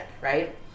right